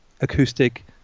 acoustic